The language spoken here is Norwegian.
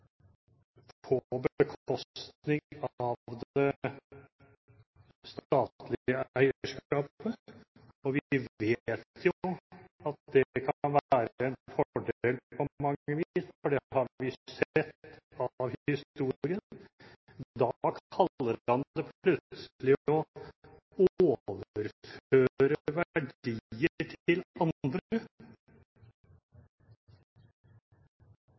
på bekostning av det statlige eierskapet – og vi vet jo at det kan være en fordel på mange vis, for det har vi